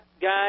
guys